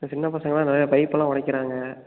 இந்த சின்ன பசங்க எல்லாம் நிறைய பைப்பைலாம் உடைக்கிறாங்க